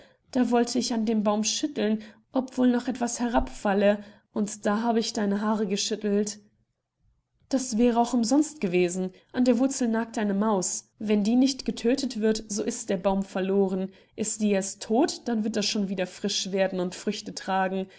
da wollte ich an dem baum schütteln ob wohl noch etwas herabfalle und da habe ich deine haare geschüttelt das wäre auch umsonst gewesen an der wurzel nagt eine maus wenn die nicht getödtet wird so ist der baum verloren ist die erst todt dann wird er schon wieder frisch werden und früchte tragen